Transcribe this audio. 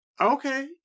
Okay